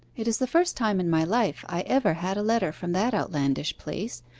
it is the first time in my life i ever had a letter from that outlandish place,